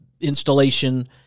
installation